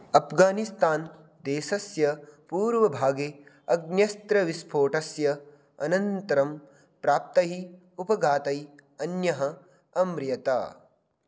अफ्गानिस्थान् देशस्य पूर्वभागे अग्न्यस्त्रविस्फोटस्य अनन्तरं प्राप्तैः उपघातैः अन्यः अम्रियत